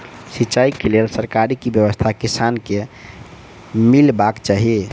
सिंचाई केँ लेल सरकारी की व्यवस्था किसान केँ मीलबाक चाहि?